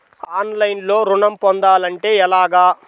ఆన్లైన్లో ఋణం పొందాలంటే ఎలాగా?